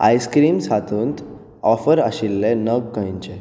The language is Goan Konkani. आइस्क्रीम्सं हातूंत ऑफर आशिल्ले नग खंयचे